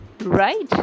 right